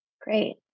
great